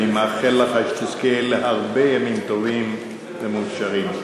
אני מאחל לך שתזכה להרבה ימים טובים ומאושרים.